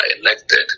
elected